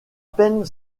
peine